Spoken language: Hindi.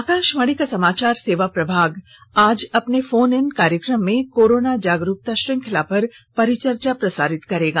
आकाशवाणी का समाचार सेवा प्रभाग आज अपने फोन इन कार्यक्रम में कोरोना जागरूकता श्रृंखला पर परिचर्चा प्रसारित करेगा